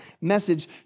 message